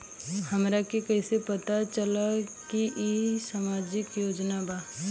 हमरा के कइसे पता चलेगा की इ सामाजिक योजना बा?